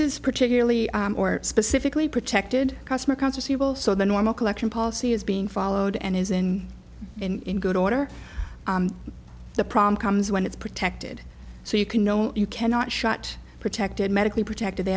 is particularly or specifically protected cosmic conscious evil so the normal collection policy is being followed and isn't in good order the problem comes when it's protected so you can no you cannot shut protected medically protected they